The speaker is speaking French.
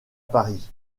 paris